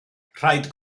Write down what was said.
rhaid